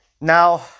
now